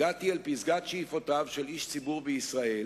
הגעתי אל פסגת שאיפותיו של איש ציבור בישראל